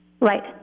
Right